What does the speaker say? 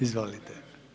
Izvolite.